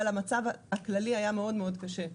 אבל המצב הכללי היה מאוד מאוד קשה.